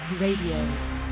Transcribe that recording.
RADIO